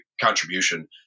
contribution